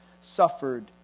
suffered